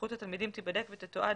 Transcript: נוכחות התלמידים תיבדק ותתועד